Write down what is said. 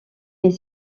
est